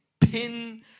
pin